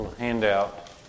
handout